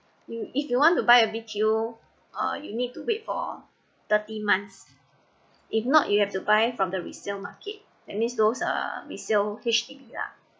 you if you want to buy a B_T_O uh you need to wait for thirty months if not you have to buy from the resale market that means those are resale H_D_B lah